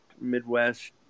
Midwest